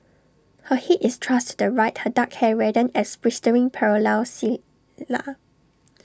her Head is thrust to the right her dark hair rendered as bristling parallel cilia